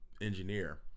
engineer